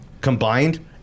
combined